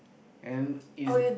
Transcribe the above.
and is